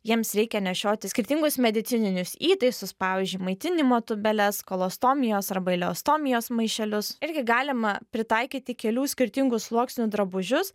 jiems reikia nešioti skirtingus medicininius įtaisus pavyzdžiui maitinimo tubeless kolostomijos arba ileostomijos maišelius irgi galima pritaikyti kelių skirtingų sluoksnių drabužius